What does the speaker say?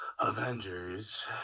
Avengers